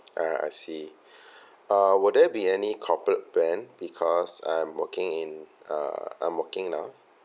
ah I see uh will there be any corporate plan because I'm working in uh I'm working now